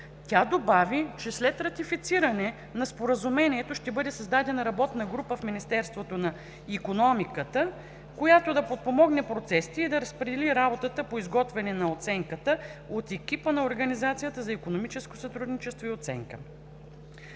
Тя добави, че след ратифициране на Споразумението ще бъде създадена работна група в Министерството на икономиката, която да подпомогне процесите и да разпредели работата по изготвянето на оценката от екипа на Организацията за икономическо сътрудничество и оценка.